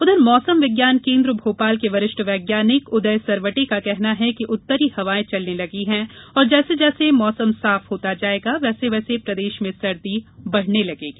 उधर मौसम विज्ञान केन्द्र भोपाल के वरिष्ठ वैज्ञानिक उदय सरवटे का कहना है कि उत्तरी हवाएं चलने लगी है और जैसे जैसे मौसम साफ होता जायेगा वैसे वैसे प्रदेश में सर्दी बढ़ने लगेगी